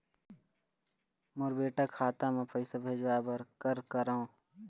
मोर बेटा खाता मा पैसा भेजवाए बर कर करों?